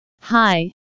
Hi